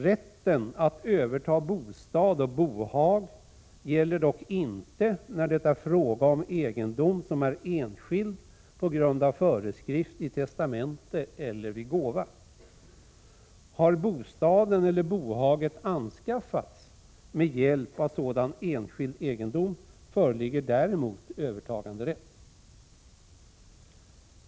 Rätten att överta bostad och bohag gäller dock inte när det är fråga om egendom som är enskild på grund av föreskrifter i testamente eller vid gåva. Har bostaden eller bohaget anskaffats med hjälp av sådan enskild egendom föreligger däremot övertaganderätt.